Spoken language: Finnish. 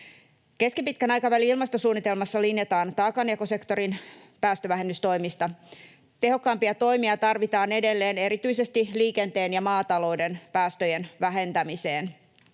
Keskipitkän aikavälin ilmastosuunnitelmassa linjataan taakanjakosektorin päästövähennystoimista. Tehokkaampia toimia tarvitaan edelleen erityisesti liikenteen ja maatalouden päästöjen vähentämiseen.